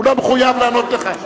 הוא לא מחויב לענות לך.